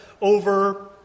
over